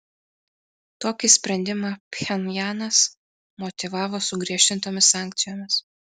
tokį sprendimą pchenjanas motyvavo sugriežtintomis sankcijomis